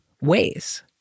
ways